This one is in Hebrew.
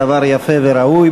דבר יפה וראוי.